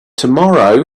tomorrow